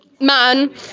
man